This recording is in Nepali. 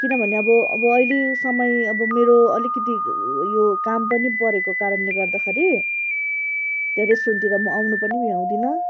किनभने अब अब अहिले समय अब मेरो अलिकिति यो काम पनि परेको कारणले गर्दाखरि त्यहाँ रेस्टुरेन्टतिर म आउनु पनि भ्याउँदिन